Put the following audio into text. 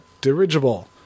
dirigible